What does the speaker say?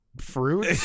fruit